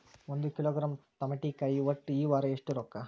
ಒಂದ್ ಕಿಲೋಗ್ರಾಂ ತಮಾಟಿಕಾಯಿ ಒಟ್ಟ ಈ ವಾರ ಎಷ್ಟ ರೊಕ್ಕಾ?